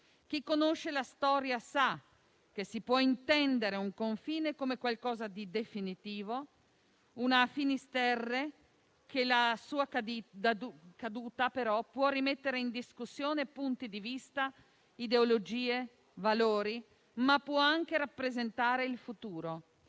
Chi conosce la storia sa che si può intendere un confine come qualcosa di definitivo, una *finis terrae*, e che la sua caduta può rimettere in discussione punti di vista, ideologie e valori, ma può anche rappresentare il futuro.